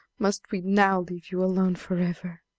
must we now leave you alone forever!